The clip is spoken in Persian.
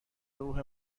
روح